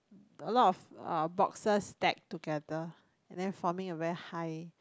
a lot of a boxes that together than for me wear high